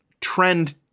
trend